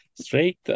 straight